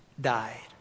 died